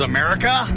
America